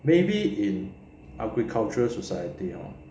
maybe in agricultural society lor